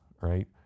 right